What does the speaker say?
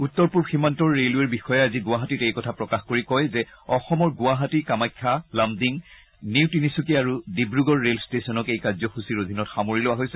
উত্তৰ পূব সীমান্তৰ ৰেলৱেৰ বিষয়াই আজি গুৱাহাটীত এই কথা প্ৰকাশ কৰি কয় যে অসমৰ গুৱাহাটী কামাখ্যা লামডিং নিউ তিনিচুকীয়া আৰু ডিব্ৰগড় ৰে'ল ট্টেচনক এই কাৰ্যসুচীৰ অধীনত সামৰি লোৱা হৈছে